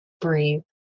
breathe